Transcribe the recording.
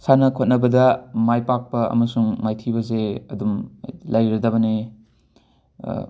ꯁꯥꯟꯅ ꯈꯣꯠꯅꯕꯗ ꯃꯥꯏ ꯄꯥꯛꯄ ꯑꯃꯁꯨꯡ ꯃꯥꯏꯊꯤꯕꯁꯦ ꯑꯗꯨꯝ ꯂꯩꯔꯗꯕꯅꯦ